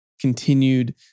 continued